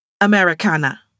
Americana